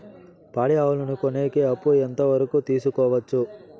పాడి ఆవులని కొనేకి అప్పు ఎంత వరకు తీసుకోవచ్చు?